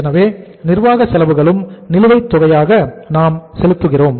எனவே நிர்வாக செலவுகளும் நிலுவைத் தொகையாக நாம் செலுத்துகிறோம்